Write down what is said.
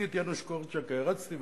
את יאנוש קורצ'אק הערצתי,